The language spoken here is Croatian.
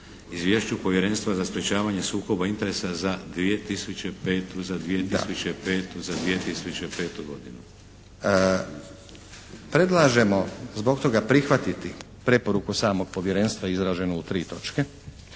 Izvješću Povjerenstva za sprečavanje sukoba interesa za 2005. godinu. **Stazić, Nenad (SDP)** Predlažemo zbog toga prihvatiti preporuku samog Povjerenstva izraženu u tri točke,